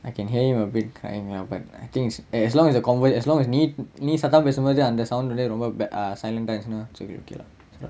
I can hear him a bit crying lah but I think it's as long as the convert as long as need நீ சத்தமா பேசும் போது அந்த:nee sathamaa pesum pothu antha sound ஓட ரொம்ப:oda romba err silent ஆச்சுனா:aachunaa should be okay lah